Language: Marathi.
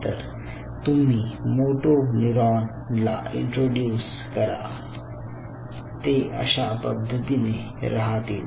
नंतर तुम्ही मोटो न्यूरोन ला इंट्रोड्युस करा ते अशा पद्धतीने राहतील